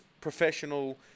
professional